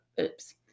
Oops